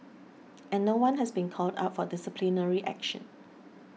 and no one has been called up for disciplinary action